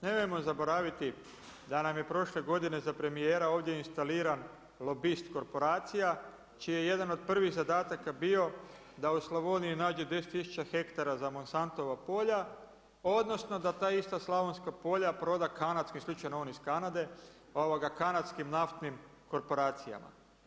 Nemojmo zaboraviti da nam je prošle godine za premijera ovdje instaliran lobist korporacija čiji je jedan od prvih zadataka bio da u Slavoniji nađe 10 tisuća hektara za Monsantova polja odnosno da ta ista slavonska polja proda kanadskim, jel je slučajno on iz Kanade kanadskim naftnim korporacijama.